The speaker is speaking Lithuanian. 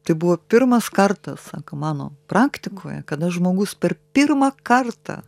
tai buvo pirmas kartas sako mano praktikoje kada žmogus per pirmą kartą